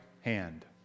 hand